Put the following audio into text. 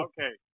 Okay